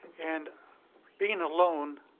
and being alone,